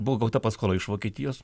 buvo gauta paskola iš vokietijos